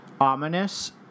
ominous